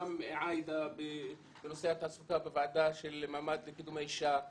גם עאידה בנושא התעסוקה בוועדה של המעמד לקידום האישה,